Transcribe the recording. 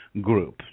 group